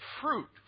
fruit